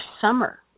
summer